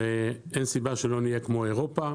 ושאין סיבה שלא נהיה כמו אירופה.